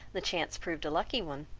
the chance proved a lucky one,